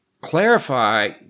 clarify